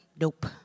nope